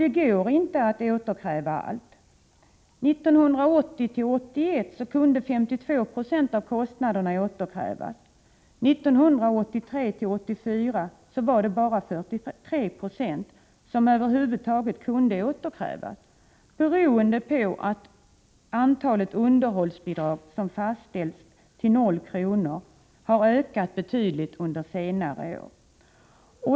Det går inte att återkräva allt. Åren 1980-81 kunde 52 90 av kostnaderna återkrävas. Åren 1983-84 var det bara 43 96 som över huvud taget kunde återkrävas, beroende på att antalet underhållsbidrag som fastställts till noll kronor har ökat betydligt under senare år.